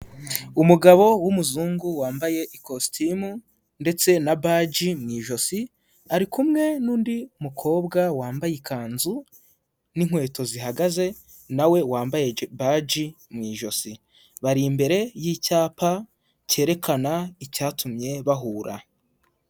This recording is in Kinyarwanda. Umugabo w'umuzungu wambaye ikositimu ndetse na baji mu ijosi, ari kumwe n'undi mukobwa wambaye ikanzu n'inkweto zihagaze, na we wambaye baji mu ijosi. Bari imbere y'icyapa cyerekana icyatumye bahura.